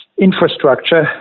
infrastructure